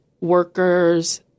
workers